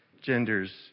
Genders